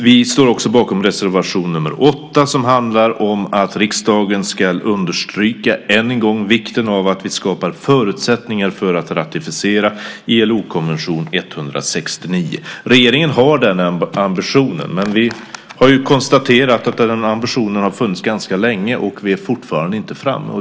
Vi står också bakom reservation 8 som handlar om att riksdagen ännu en gång ska understryka vikten av att vi skapar förutsättningar för att ratificera ILO-konvention 169. Regeringen har den ambitionen. Men vi har konstaterat att den ambitionen har funnits ganska länge, och fortfarande är vi inte framme.